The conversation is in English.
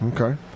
Okay